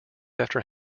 after